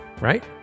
Right